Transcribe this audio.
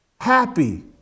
Happy